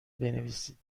بنویسید